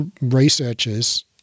researchers